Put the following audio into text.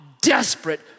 desperate